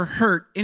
hurt